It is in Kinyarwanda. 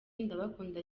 ndabakunda